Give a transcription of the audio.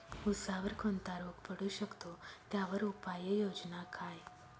ऊसावर कोणता रोग पडू शकतो, त्यावर उपाययोजना काय?